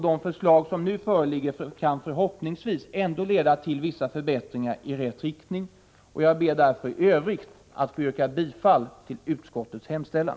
De förslag som nu föreligger kan förhoppningsvis ändå leda till vissa förändringar i rätt riktning. Jag ber därför att i övrigt få yrka bifall till utskottets hemställan.